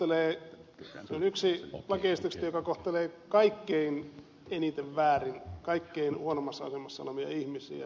se on yksi lakiesityksistä joka kohtelee kaikkein eniten väärin kaikkein huonoimmassa asemassa olevia ihmisiä